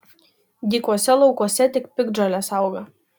dykuose laukuose tik piktžolės auga